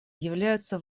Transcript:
являются